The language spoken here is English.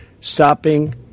stopping